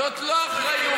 זאת לא אחריות.